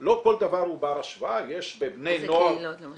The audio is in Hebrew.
לא כל דבר הוא בר השוואה -- איזה קהילות למשל?